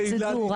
הפרוצדורה.